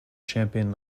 champion